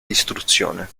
distruzione